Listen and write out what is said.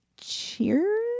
Cheers